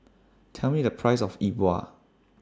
Tell Me The Price of Yi Bua